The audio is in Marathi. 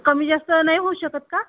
कमी जास्त नाही होऊ शकत का